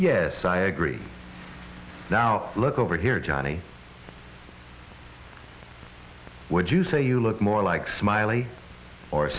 yes i agree now look over here johnny would you say you look more like smiley or